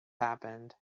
happened